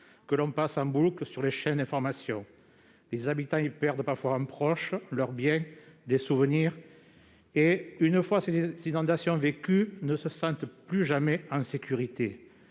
que l'on passe en boucle sur les chaînes d'informations : les habitants y perdent parfois des souvenirs, leurs biens, voire un proche ; une fois ces inondations vécues, ils ne se sentent plus jamais en sécurité.